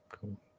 cool